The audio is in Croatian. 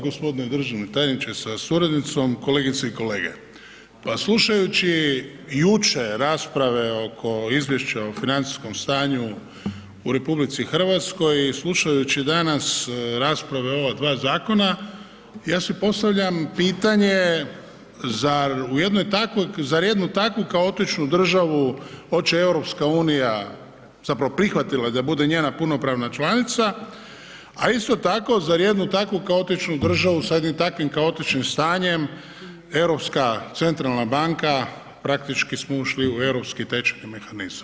Gospodine državni tajniče sa suradnicom, kolegice i kolege, pa slušajući jučer rasprave oko izvješća o financijskom stanju u RH i slušajući danas rasprave o ova dva zakona ja si postavljam pitanje, zar jednu takvu kaotičnu državu oče EU, zapravo prihvatila je da bude njena punopravna članica, a isto tako, zar jednu takvu kaotičnu državu, sa jednim takvim kaotičnim stanjem Europska centralna banka praktički smo ušli u europski tečajni mehanizam.